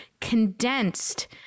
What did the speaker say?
condensed